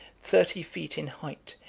thirty feet in height,